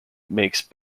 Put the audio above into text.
makes